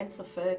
אין ספק,